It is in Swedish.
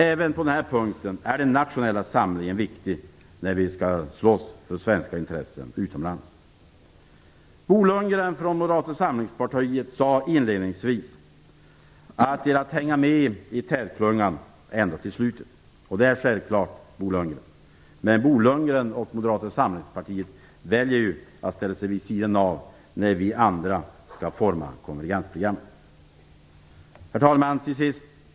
Även på den här punkten är den nationella samlingen viktigt när vi skall slåss för svenska intressen utomlands. Bo Lundgren från Moderata samlingspartiet sade inledningsvis att det gäller att hänga med i tätklungan ända till slutet. Det är självklart, Bo Lundgren. Men Bo Lundgren och Moderata samlingspartiet väljer ju att ställa sig vid sidan av när vi andra skall forma konvergensprogrammet. Herr talman!